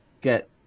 get